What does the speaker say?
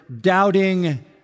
doubting